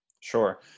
Sure